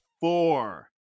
four